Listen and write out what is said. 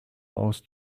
aus